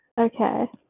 Okay